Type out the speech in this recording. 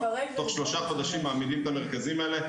תוך שלושה חודשים מעמידים את המרכזים האלה.